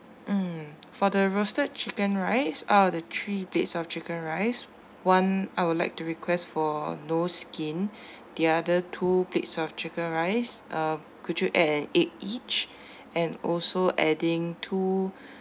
mm for the roasted chicken rice out of the three plates of chicken rice one I would like to request for no skin the other two plates of chicken rice uh could you and an egg each and also adding two